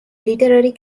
literary